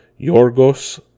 Yorgos